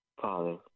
Father